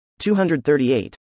238